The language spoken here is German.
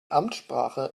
amtssprache